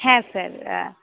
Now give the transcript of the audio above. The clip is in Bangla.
হ্যাঁ স্যার